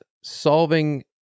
solving